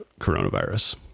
coronavirus